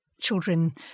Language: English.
children